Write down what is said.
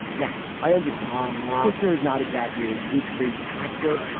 now, i understand kushner is not exactly a good faith actor.